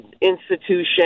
institution